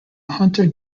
hunter